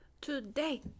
today